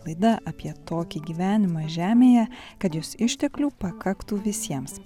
laida apie tokį gyvenimą žemėje kad jos išteklių pakaktų visiems